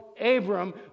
Abram